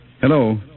Hello